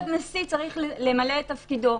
אם הנשיא צריך למלא את תפקידו,